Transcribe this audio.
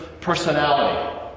personality